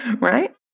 right